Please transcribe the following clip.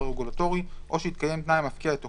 הרגולטורי או שהתקיים תנאי המפקיע את תוקפו,